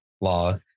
law